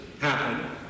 happen